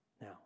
Now